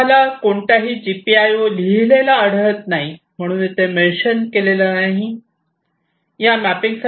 तुम्हाला कोणताही जीपीआयओ लिहिलेला आढळत नाही म्हणून येथे मेन्शन केलेले नाही